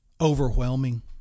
overwhelming